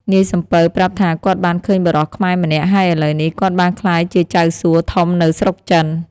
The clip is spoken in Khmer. នាយសំពៅប្រាប់ថាគាត់បានឃើញបុរសខ្មែរម្នាក់ ហើយឥឡូវនេះគាត់បានក្លាយជាចៅសួធំនៅស្រុកចិន។